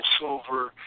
silver